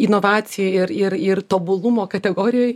inovacijų ir ir ir tobulumo kategorijoj